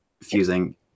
fusing